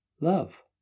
love